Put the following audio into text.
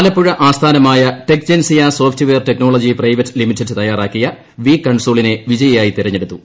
ആലപ്പുഴ ആസ്ഥാനമായ Techgentsia software technology private limited തയ്യാറാക്കിയ V കൺസോളിനെ വിജയിയായി തെരഞ്ഞെടുത്തു